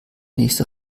nächste